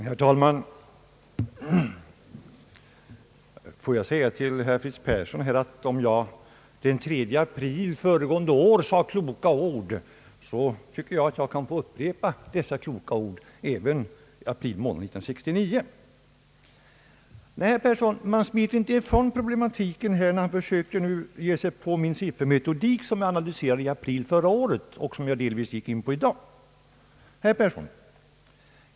Herr talman! Får jag säga till herr Fritz Persson att om jag den 3 april föregående år sade kloka ord, tycker jag att jag kan få upprepa dessa kloka ord även i april månad 1969. Men, herr Persson, man smiter inte ifrån problematiken genom att ge sig på att analysera min siffermetodik från april förra året, som jag delvis använde också i dag.